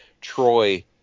Troy